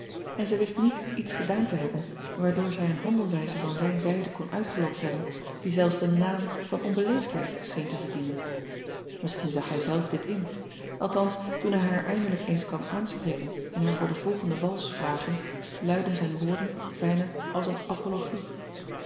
en zij wist niet iets gedaan te hebben waardoor zij een handelwijze van zijne zijde kon uitgelokt hebben die zelfs den naam van onbeleefdheid scheen te verdienen isschien zag hij zelf dit in althans toen hij haar eindelijk eens kwam aanspreken en haar voor de volgende wals vragen luidden zijn woorden bijna als een